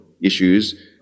issues